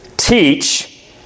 Teach